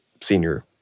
senior